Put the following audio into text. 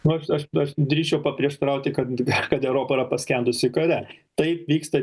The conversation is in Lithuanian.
nors aš drįsčiau paprieštarauti kad kad europa yra paskendusi kare taip vyksta